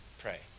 pray